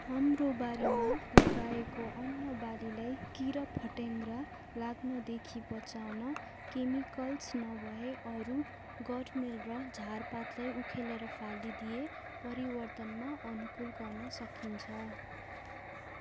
हाम्रो बारीमा लगाएको अन्नबालीलाई किरा फटेङ्ग्रा लाग्नदेखि बचाउन केमिकल्स नभए अरू गोडमेल र झारपातलाई उखेलेर फालिदिए परिवर्तनमा अनुकुल गर्नुसकिन्छ